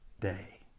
day